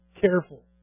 careful